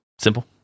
simple